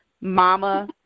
mama